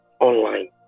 online